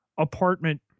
apartment